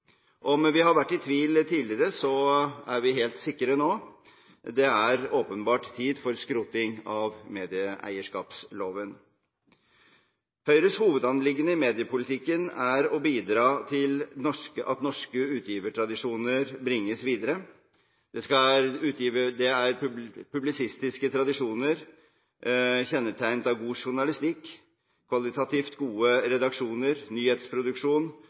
Om vi har vært i tvil tidligere, er vi helt sikre nå: Det er åpenbart tid for skroting av medieeierskapsloven. Høyres hovedanliggende i mediepolitikken er å bidra til at norske utgivertradisjoner bringes videre. Det er publisistiske tradisjoner, kjennetegnet av god journalistikk, kvalitativt gode redaksjoner, nyhetsproduksjon,